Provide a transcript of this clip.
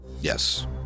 Yes